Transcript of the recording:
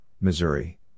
Missouri